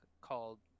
called